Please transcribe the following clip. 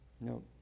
nope